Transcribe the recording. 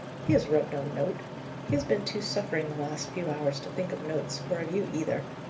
he has wrote no note he has been too suffering the last few hours to think of notes, or of you either.